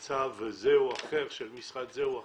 לצו זה או אחר, של משרד זה או אחר,